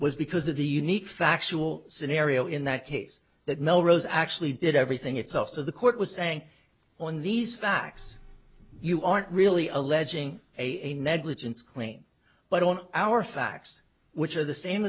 was because of the unique factual scenario in that case that melrose actually did everything itself so the court was saying on these facts you aren't really alleging a negligence claim but on our facts which are the same